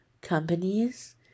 companies